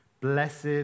Blessed